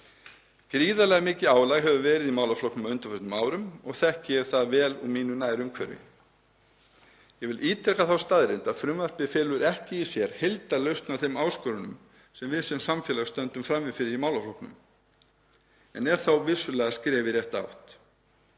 Gríðarlega mikið álag hefur verið í málaflokknum á undanförnum árum og þekki ég það vel úr mínu nærumhverfi. Ég vil ítreka þá staðreynd að frumvarpið felur ekki í sér heildarlausn á þeim áskorunum sem við sem samfélag stöndum frammi fyrir í málaflokknum en er þó vissulega skref í rétta átt.